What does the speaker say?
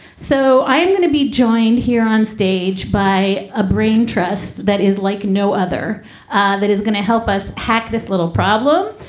so i am going to be joined here onstage by a brain trust that is like no other ah that is gonna help us hack this little problem.